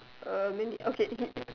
uh mean the okay